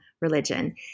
religion